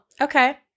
Okay